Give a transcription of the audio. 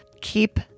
keep